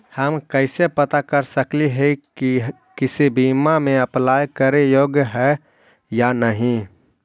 हम कैसे पता कर सकली हे की हम किसी बीमा में अप्लाई करे योग्य है या नही?